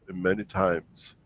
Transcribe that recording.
and many times.